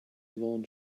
lawn